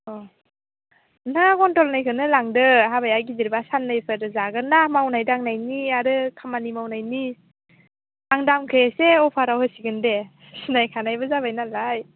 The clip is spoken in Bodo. अ नोंथाङा कुविन्टेलनैखौनो लांदो हाबाया गिदिरबा साननैफोर जागोन ना मावनाय दांनायनि आरो खामानि मावनायनि आं दामखौ एसे अफाराव होसिगोन दे सिनायखानायबो जाबाय नालाय